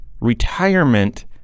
retirement